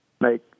make